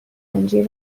انجیر